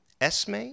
Esme